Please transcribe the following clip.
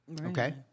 Okay